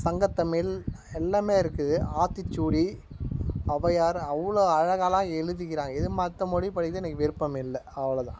சங்கத் தமிழ் எல்லாமே இருக்குது ஆத்திச்சூடி அவ்வையார் அவ்வளோ அழகாலாம் எழுதிக்கிறாங்க இதே மற்ற மொழி படிக்கிறத்துக்கு எனக்கு விருப்பம் இல்லை அவ்வளோ தான்